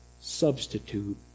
substitute